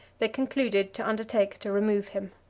they concluded to undertake to remove him.